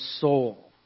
soul